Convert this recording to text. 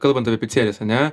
kalbant apie picerijas ane